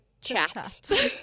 chat